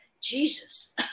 Jesus